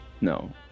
No